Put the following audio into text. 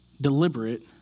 deliberate